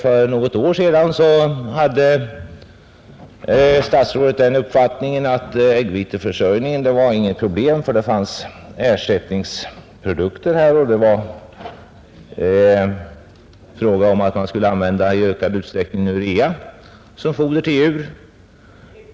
För något år sedan hade statsrådet uppfattningen att äggviteförsörjningen inte var något problem, eftersom det fanns ersättningsprodukter. Det var då fråga om att man i ökad utsträckning skulle använda urea som foder till djur.